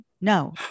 No